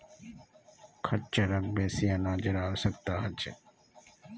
खच्चरक बेसी अनाजेर आवश्यकता ह छेक